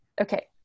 Okay